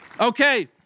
Okay